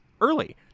early